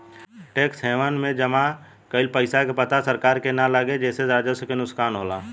tax haven में जमा कइल पइसा के पता सरकार के ना लागे जेसे राजस्व के नुकसान होला